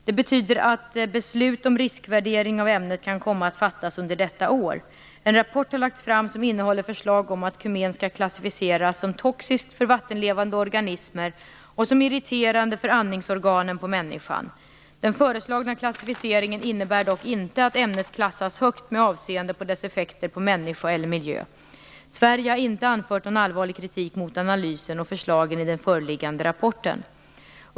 Det betyder att beslut om riskvärdering av ämnet kan komma att fattas under detta år. En rapport har lagts fram som innehåller förslag om att kumen skall klassificeras som toxiskt för vattenlevande organismer och som irriterande för andningsorganen på människan. Den föreslagna klassificeringen innebär dock inte att ämnet klassas högt med avseende på dess effekter på människa eller miljö. Sverige har inte anfört någon allvarlig kritik mot analysen och förslagen i den föreliggande rapporten.